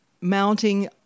mounting